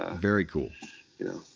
ah very cool you know,